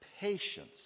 patience